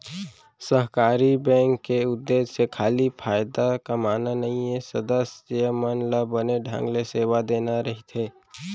सहकारी बेंक के उद्देश्य खाली फायदा कमाना नइये, सदस्य मन ल बने ढंग ले सेवा देना रइथे